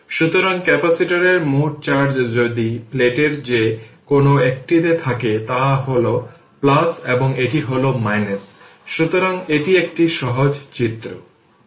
সুতরাং 1c যা power 6 এর কাছে 2 2 10 এটি 0 থেকে t যে 6 e 3000 t 10 3 কারণ এই কারেন্টটি পাওয়ার 3000 কে মিলিঅ্যাম্পিয়ারmilliampere 6 e দেওয়া হয়েছিল কনভার্ট করছে অ্যাম্পিয়ার